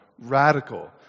radical